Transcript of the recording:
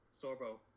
Sorbo